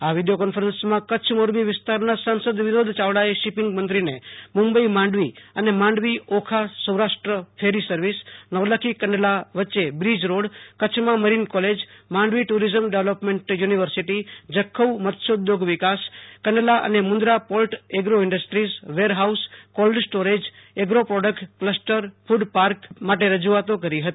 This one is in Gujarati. આ વિડીયો કોન્ફરન્સમાં કચ્છ મોરબી વિસ્તારના સાસંદ વિનોદ યાવડાએ શિપિંગ મંત્રીને મુંબઈ માંડવી અને માંડવી ઓખા સૌરાષ્ટ્ર ફેરી સર્વિસ નવલખી કંડલા વચ્ચે bridge રોડકચ્છમાં marine કોલેજમાંડવી tourism development યુનિર્વસિટી Jakhau મત્સ્યોધોગ વિકાસ કંડલા અને મુંદરા પોર્ટ એગ્રો ઈન્ડ્રસ્ટ્રીઝ વેર house cold storage agro product કલસ્ટરક્રડપાર્ક માટે રજુઆતો કરી હતી